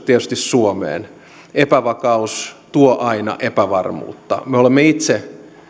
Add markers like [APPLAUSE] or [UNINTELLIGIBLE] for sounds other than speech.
[UNINTELLIGIBLE] tietysti vaikutukset suomeen epävakaus tuo aina epävarmuutta me olemme itse